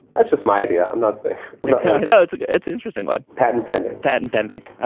that's just my idea i'm not saying, you know, it's like it's interesting, but patent pending that and pending. i